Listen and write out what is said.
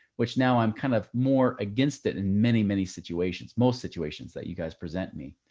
which now i'm kind of more against it in many, many situations, most situations that you guys present me.